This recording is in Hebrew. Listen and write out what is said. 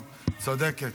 צודקת.